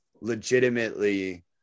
legitimately